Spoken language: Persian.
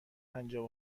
پنجاه